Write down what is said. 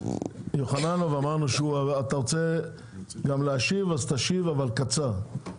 אתה רוצה גם להשיב אז תשיב קצר,